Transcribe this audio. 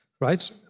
right